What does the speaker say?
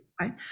Right